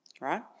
Right